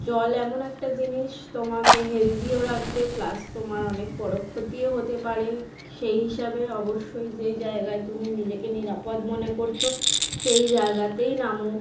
জল এমন একটা জিনিস তোমাকে হেলদিও রাখবে প্লাস তোমার অনেক বড়ো ক্ষতিও হতে পারে সেই হিসাবে অবশ্যই যে জায়গায় তুমি নিজেকে নিরাপদ মনে করছো সেই জায়গাতেই নামো